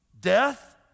Death